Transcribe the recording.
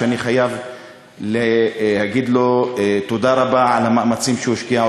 שאני חייב להגיד לו תודה רבה על המאמצים שהוא השקיע,